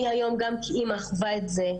אני היום גם כאימא חווה את זה.